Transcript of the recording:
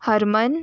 Harman